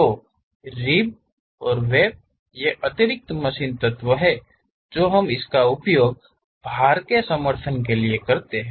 तो रिब और वेब ये अतिरिक्त मशीन तत्व हैं जो हम इसका उपयोग भार का समर्थन करने के लिए करते हैं